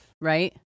right